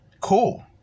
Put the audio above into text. Cool